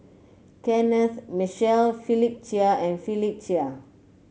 Kenneth Mitchell Philip Chia and Philip Chia